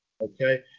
Okay